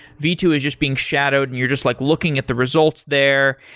v two is just being shadowed and you're just like looking at the results there,